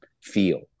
feel